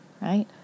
right